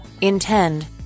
Intend